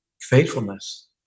faithfulness